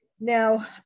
Now